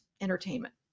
entertainment